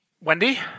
Wendy